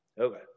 Okay